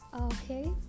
okay